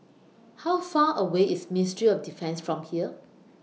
How Far away IS Ministry of Defence from here